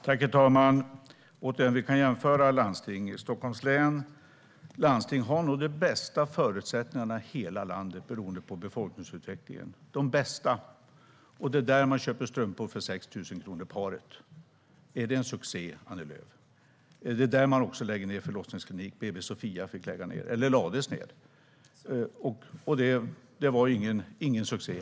Herr talman! Återigen: Vi kan jämföra landsting. Stockholms läns landsting har nog de bästa förutsättningarna i hela landet, beroende på befolkningsutvecklingen. Och det är där man köper strumpor för 6 000 kronor paret. Är det en succé, Annie Lööf? Det är där man också lägger ned en förlossningsklinik. BB Sophia lades ned. Det var ingen succé.